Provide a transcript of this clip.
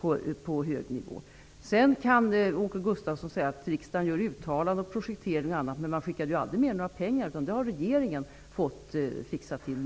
Åke Gustavsson kan säga att riksdagen gör uttalanden och projekteringar och annat, men man skickar aldrig med några pengar utan detta har regeringen fått fixa till.